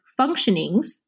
functionings